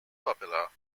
popular